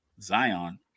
Zion